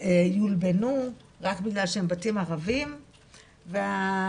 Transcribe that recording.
יולבנו - רק בגלל שהם בתים ערביים - והמשפחות